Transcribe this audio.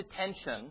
attention